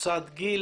קבוצות גיל